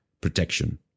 protection